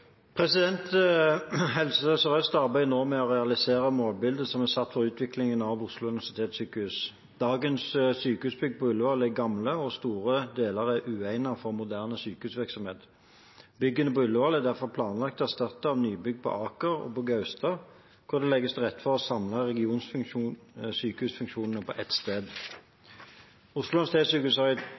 Helse Sør-Øst arbeider nå med å realisere målbildet som er satt for utviklingen av Oslo universitetssykehus. Dagens sykehusbygg på Ullevål er gamle, og store deler er uegnet for moderne sykehusvirksomhet. Byggene på Ullevål er derfor planlagt erstattet av nybygg på Aker og på Gaustad, hvor det legges til rette for å samle regionsykehusfunksjonene på ett sted. Oslo